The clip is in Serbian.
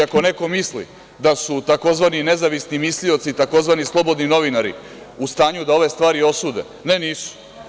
Ako neko misli da su tzv. nezavisni mislioci tzv. slobodni novinari u stanju da ove stvari osude, ne, nisu.